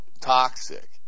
toxic